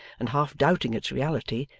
and half doubting its reality,